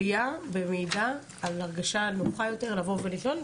עלייה שמעידה על הרגשה נוחה יותר לבוא ולהתלונן,